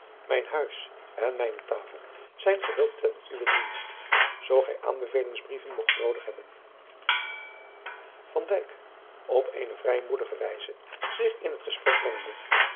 mijn huis en mijne tafel zijn geheel ten uwen dienst zoo gij aanbevelingsbrieven mogt noodig hebben van dijk op eene vrijmoedige wijze zich in het gesprek mengende